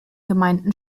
gemeinden